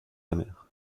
amer